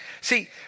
See